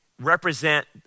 represent